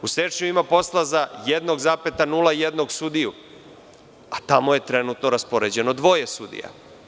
U Sečnju ima posla za 1,01 sudiju, a tamo je trenutno raspoređeno dvoje sudija.